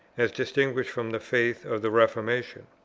as distinguished from the faith of the reformation.